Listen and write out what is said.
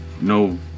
no